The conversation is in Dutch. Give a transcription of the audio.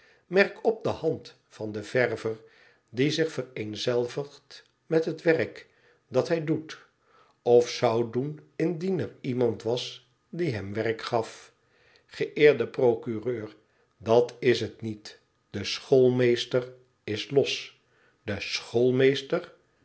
merk op de hand van den verver die zich vereenzelvigt met het werk dat hij doet of zou doen indien er iemand was die hem werk gaf geëerde procureur dat ia het niet de schoolmeester is los